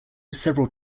several